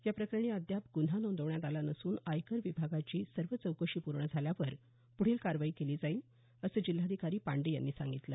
या प्रकरणी अद्यापही क्ठला गुन्हा नोंदवण्यात आला नसून आयकर विभागाची सर्व चौकशी पूर्ण झाल्यावर पुढील कारवाई केली जाईल असं जिल्हाधिकारी पांडे यांनी सांगितलं